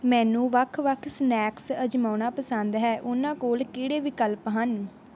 ਮੈਨੂੰ ਵੱਖ ਵੱਖ ਸਨੈਕਸ ਅਜਮਾਉਣਾ ਪਸੰਦ ਹੈ ਉਹਨਾਂ ਕੋਲ ਕਿਹੜੇ ਵਿਕਲਪ ਹਨ